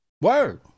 Word